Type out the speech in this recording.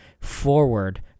forward